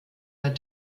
der